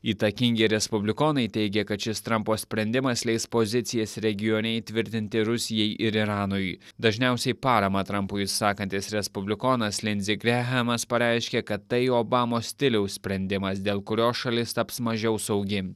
įtakingi respublikonai teigia kad šis trampo sprendimas leis pozicijas regione įtvirtinti rusijai ir iranui dažniausiai paramą trampui išsakantis respublikonas linzi grehamas pareiškė kad tai obamos stiliaus sprendimas dėl kurio šalis taps mažiau saugi